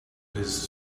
his